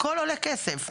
הכול עולה כסף.